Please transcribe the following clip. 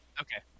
Okay